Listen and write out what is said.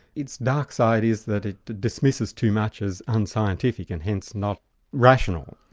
its dark side is that it dismisses too much as unscientific, and hence not rational.